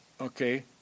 okay